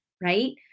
right